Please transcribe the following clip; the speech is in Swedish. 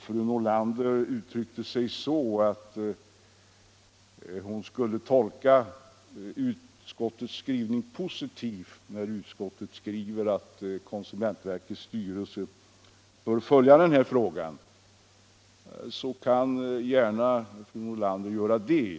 Fru Nordlander sade att hon tolkade utskottets skrivning positivt i fråga om att konsumentverkets styrelse borde följa den här frågan. Fru Nordlander kan gärna göra det.